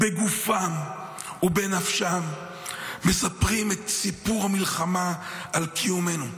בגופם ובנפשם, מספרים את סיפור המלחמה על קיומנו.